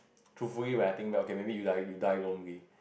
truthfully when I think back okay maybe you die you die lonely